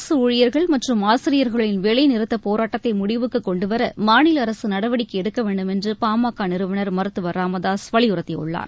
அரசு ஊழியர்கள் மற்றும் ஆசிரியர்களின் வேலை நிறுத்தப் போராட்டத்தை முடிவுக்கு கொண்டு வர மாநில அரசு நடவடிக்கை எடுக்க வேண்டும் என்று பாமக நிறுவனர் மருத்துவர் ச ராமதாசு வலியுறுத்தியுள்ளார்